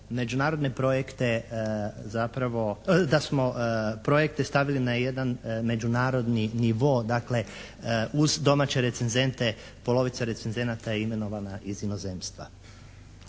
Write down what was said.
međunarodne projekte zapravo, da smo projekte stavili na jedan međunarodni nivo, dakle uz domaće recenzente polovica recenzenata je imenovana iz inozemstva.